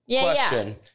Question